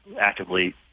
actively